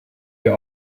wir